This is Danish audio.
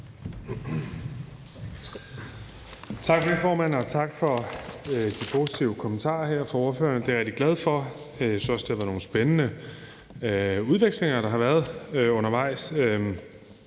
tak for de positive kommentarer her fra ordførerne. Det er jeg rigtig glad for. Jeg synes også, det har været nogle spændende udvekslinger, der har været undervejs.